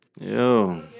Yo